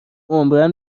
عمرا